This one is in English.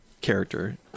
character